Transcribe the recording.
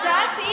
שגם את מדקלמת,